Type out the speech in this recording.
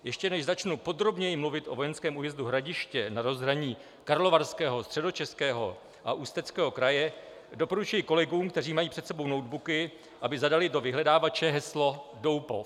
Ještě než začnu podrobněji mluvit o vojenském újezdu Hradiště na rozhraní Karlovarského, Středočeského a Ústeckého kraje, doporučuji kolegům, kteří mají před sebou notebooky, aby zadali do vyhledávače heslo Doupov.